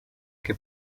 que